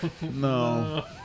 No